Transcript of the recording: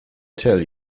tell